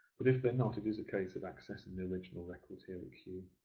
but if they're not, it is a case of accessing the original records here at kew.